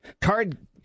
card